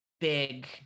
big